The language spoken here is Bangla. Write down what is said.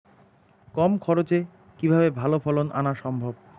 কম খরচে কিভাবে ভালো ফলন আনা সম্ভব?